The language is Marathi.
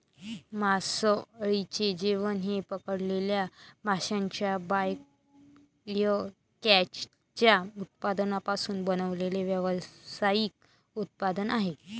मासळीचे जेवण हे पकडलेल्या माशांच्या बायकॅचच्या उत्पादनांपासून बनवलेले व्यावसायिक उत्पादन आहे